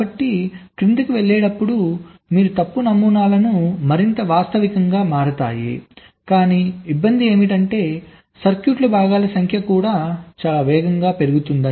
కాబట్టి క్రిందికి వెళ్ళేటప్పుడు మీ తప్పు నమూనాలు మరింత వాస్తవికంగా మారతాయి కాని ఇబ్బంది ఏమిటంటే సర్క్యూట్ భాగాల సంఖ్య కూడా చాలా వేగంగా పెరుగుతోంది